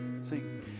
sing